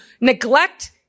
Neglect